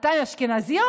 אתה אשכנזי או